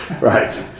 Right